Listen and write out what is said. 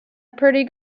pretty